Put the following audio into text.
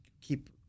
keep